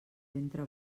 ventre